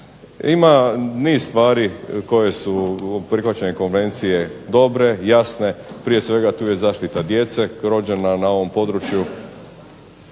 Ima niz stvari koje su prihvaćanje konvencije dobre, jasne, prije svega tu je zaštita djece rođene na ovom području,